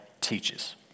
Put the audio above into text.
teaches